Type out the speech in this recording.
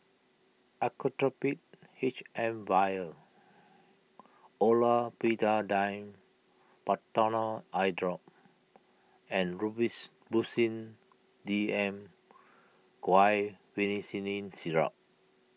Actrapid H M Vial Olopatadine Patanol Eyedrop and Robitussin D M Guaiphenesin Syrup